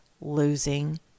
losing